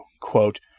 Quote